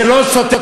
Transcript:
זה לא סותר,